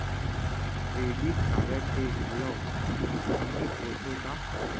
Credit card के घलव limit होथे का?